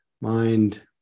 mind